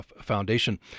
Foundation